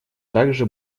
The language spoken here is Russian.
также